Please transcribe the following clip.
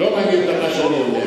לא מעניין אותה מה שאני אומר.